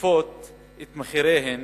חושפות את מחיריהן